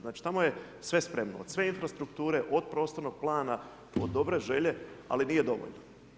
Znači, tamo je sve spremno od sve infrastrukture, od prostornog plana, od dobre želje, ali nije dovoljno.